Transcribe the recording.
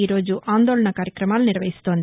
ఈరోజు అందోళనా కార్యక్రమాలు నిర్వహిస్తోంది